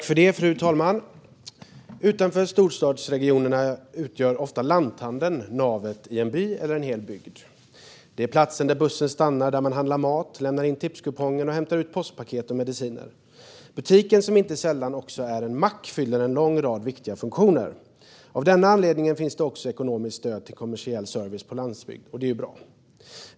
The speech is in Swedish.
Fru talman! Utanför storstadsregionerna utgör ofta lanthandeln navet i en by eller en hel bygd. Det är platser där bussen stannar och där man handlar mat, lämnar in tipskupongen och hämtar ut postpaket och mediciner. Butiken, som inte sällan även är en mack, fyller en lång rad viktiga funktioner. Av denna anledning finns det också ekonomiskt stöd till kommersiell service på landsbygden, vilket är bra.